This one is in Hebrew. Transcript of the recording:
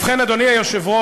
ובכן, אדוני היושב-ראש,